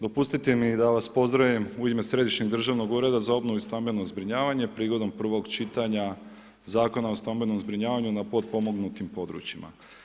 Dopustite mi da vas pozdravim u ime Središnjeg državnog ureda za obnovu i stambeno zbrinjavanje prigodom prvog čitanja Zakona o stambenom zbrinjavanju na potpomognutim područjima.